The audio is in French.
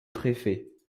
préfet